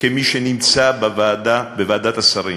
כמי שנמצא בוועדת השרים: